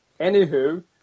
anywho